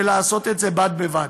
ולעשות את זה בד-בבד.